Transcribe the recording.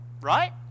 right